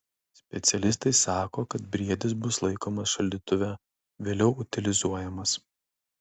specialistai sako kad briedis bus laikomas šaldytuve vėliau utilizuojamas